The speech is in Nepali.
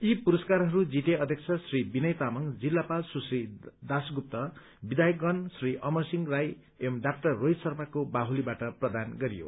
यी पुरस्कारहरू जीटीए अध्यक्ष श्री विनय तामाङ जिल्लापाल सुश्री दासगुप्त विधायकगण श्री अमरसिंह राई एवं डाक्टर रोहित शर्माको बाहुलीबाट प्रदान गरियो